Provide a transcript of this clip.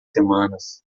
semanas